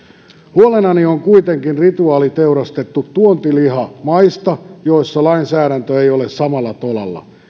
huolenani on kuitenkin rituaaliteurastettu tuontiliha maista joissa lainsäädäntö ei ole samalla tolalla